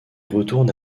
retourne